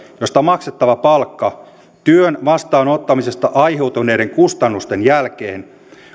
josta maksettava palkka työn vastaanottamisesta aiheutuneiden kustannusten jälkeen